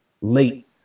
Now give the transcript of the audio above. late